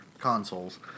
consoles